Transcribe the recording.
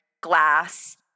glass